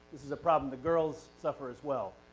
this is a problem that girls suffer as well.